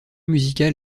musical